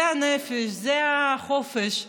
זה הנפש, זה החופש,